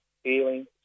Feeling